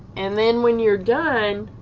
and then when you're done